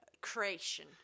creation